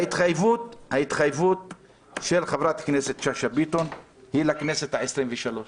ההתחייבות של חברת הכנסת שאשא ביטון היא לכנסת העשרים-ושלוש.